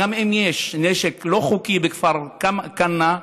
אם יש נשק לא חוקי בכפר כנא,